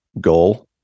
goal